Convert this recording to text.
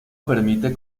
permite